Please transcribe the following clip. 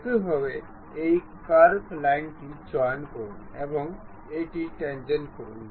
একইভাবে এই কার্ভ লাইনটি চয়ন করুন এবং এটি ট্যান্জেন্ট করুন